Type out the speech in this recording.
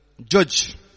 judge